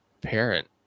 parent